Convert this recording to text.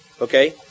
Okay